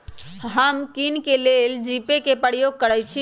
हम किने के लेल जीपे कें प्रयोग करइ छी